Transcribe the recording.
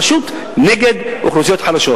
פשוט נגד אוכלוסיות חלשות.